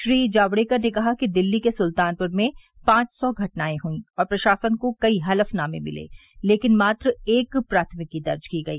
श्री जावड़ेकर ने कहा कि दिल्ली के सुल्तानपुर में पांच सौ घटनाएं हुई और प्रशासन को कई हलफनामे मिले लेकिन मात्र एक प्राथमिकी दर्ज की गई